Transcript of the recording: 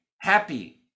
happy